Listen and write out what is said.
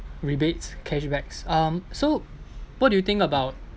rebates cashbacks um so what do you think about